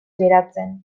beratzen